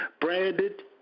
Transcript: branded